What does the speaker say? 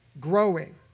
growing